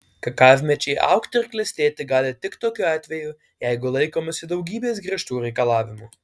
kakavmedžiai augti ir klestėti gali tik tokiu atveju jeigu laikomasi daugybės griežtų reikalavimų